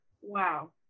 Wow